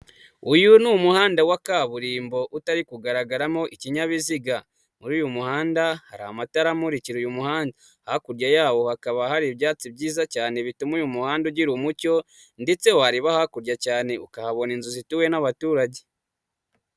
Uyu ni umuhanda wa kaburimbo utari kugaragaramo ikinyabiziga, muri uyu muhanda hari amatara amurikira uyu muhanda, hakurya yawo hakaba hari ibyatsi byiza cyane bituma uyu muhanda ugira umucyo ndetse wareba hakurya cyane, ukahabona inzu zituwe n'abaturage.